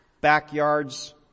backyards